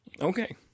Okay